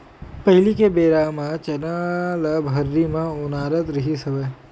पहिली के बेरा म चना ल भर्री म ओनारत रिहिस हवय